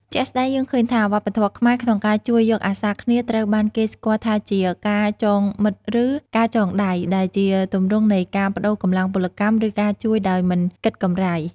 ជាក់ស្តែងយើងឃើញថា វប្បធម៌ខ្មែរក្នុងការជួយយកអាសារគ្នាត្រូវបានគេស្គាល់ថាជា ការចងមិត្តឬ ការចងដៃ ដែលជាទម្រង់នៃការប្តូរកម្លាំងពលកម្ម ឬការជួយដោយមិនគិតកម្រៃ។